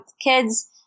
kids